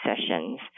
sessions